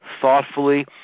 thoughtfully